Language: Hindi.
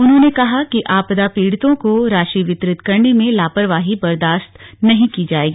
उन्होंने कहा कि आपदा पीड़ितों को राशि वितरित करने में लापरवाही बर्दाश्त नही की जाएगी